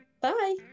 bye